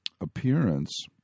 appearance